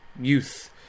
youth